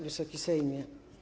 Wysoki Sejmie!